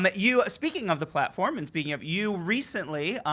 but you, speaking of the platform and speaking of, you recently,